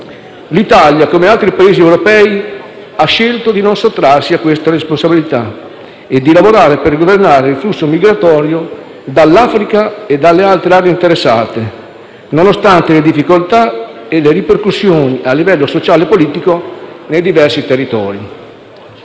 L'Italia, come altri Paesi europei, ha scelto di non sottrarsi a questa responsabilità e di lavorare per governare il flusso migratorio dall'Africa e dalle altre aree interessate, nonostante le difficoltà e le ripercussioni a livello sociale e politico nei diversi territori.